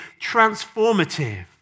transformative